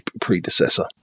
predecessor